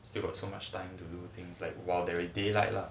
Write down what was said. still got so much time to do things like while there is day light lah